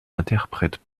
interprète